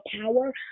power